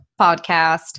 Podcast